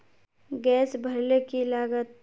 Gas भरले की लागत?